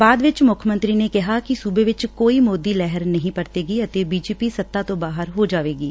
ਬਾਅਦ ਵਿਚ ਮੁੱਖ ਮੰਤਰੀ ਨੇ ਕਿਹਾ ਕਿ ਸੁਬੇ ਵਿਚੋਂ ਕੋਈ ਮੋਦੀ ਲਹਿਰ ਨਹੀਂ ਪਰਤੇਗੀ ਅਤੇ ਬੀਜੇਪੀ ਸੱਤਾ ਤੋ ਬਾਹਰ ਹੋ ਜਾਵੇਗੀ